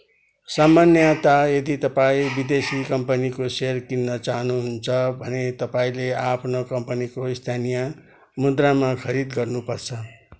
सामान्यतया यदि तपाईँँ विदेशी कम्पनीको सेयर किन्न चाहनुहुन्छ भने तपाईँँले आफ्नो कम्पनीको स्थानीय मुद्रामा खरिद गर्नु पर्छ